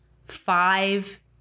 five